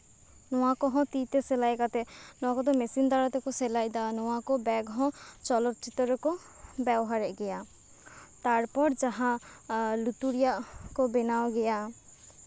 ᱱᱚᱣᱟ ᱠᱚᱦᱚᱸ ᱛᱤ ᱛᱮ ᱥᱤᱞᱟᱭ ᱠᱟᱛᱮᱫ ᱱᱚᱣᱟ ᱠᱚᱫᱚ ᱢᱮᱥᱤᱱ ᱫᱟᱨᱟᱭ ᱛᱮᱠᱚ ᱥᱮᱞᱟᱭᱫᱟ ᱱᱚᱣᱟ ᱠᱚ ᱵᱮᱜᱽ ᱦᱚᱸ ᱪᱚᱞᱚᱛ ᱪᱤᱛᱟᱹᱨ ᱨᱮᱠᱚ ᱵᱮᱣᱦᱟᱨᱮᱫ ᱜᱮᱭᱟ ᱛᱟᱨᱯᱚᱨ ᱡᱟᱦᱟᱸ ᱞᱩᱛᱩᱨ ᱨᱮᱭᱟᱜ ᱠᱚ ᱵᱮᱱᱟᱣ ᱜᱮᱭᱟ